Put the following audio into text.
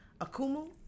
Akumu